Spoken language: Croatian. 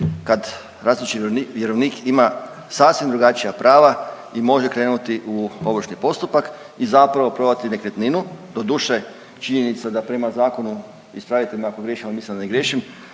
kad različiti vjerovnik ima sasvim drugačija prava i može krenuti u ovršni postupak i zapravo prodati nekretninu. Doduše činjenica da prema zakonu, ispravite me ako griješim, a mislim da ne griješim,